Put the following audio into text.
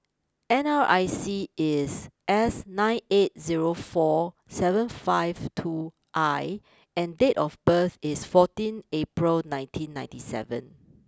N R I C is S nine eight zero four seven five two I and date of birth is fourteen April nineteen ninety seven